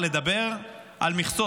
אפשר לדבר על מכסות.